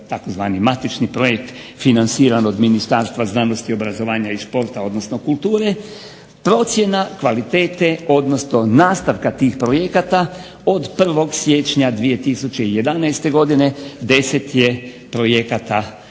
tzv. matični projekt financiran od Ministarstva znanosti, obrazovanja i športa, odnosno kulture. Procjena kvalitete, odnosno nastavka tih projekata od 1. siječnja 2011. godine 10 je projekata maknuto,